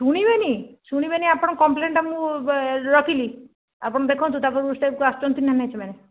ଶୁଣିବେନି ଶୁଣିବେନି ଆପଣ କମ୍ପ୍ଲେନଟା ମୁଁ ରଖିଲି ଆପଣ ଦେଖନ୍ତୁ ତା'ପର ଷ୍ଟେପକୁ ଆସୁଛନ୍ତି କି ନାହିଁ ସେମାନେ